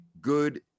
good